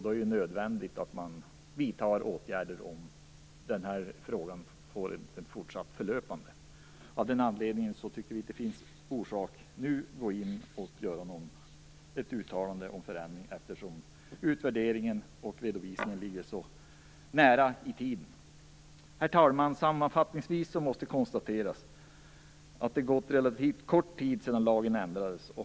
Då är det nödvändigt att man vidtar åtgärder om den här frågan får en fortsättning. Av den anledningen tycker vi att det nu inte finns anledning att gå in och göra ett uttalande om en förändring eftersom utvärderingen och redovisningen ligger så nära i tiden. Herr talman! Sammanfattningsvis måste jag konstatera att det har gått relativt kort tid sedan lagen ändrades.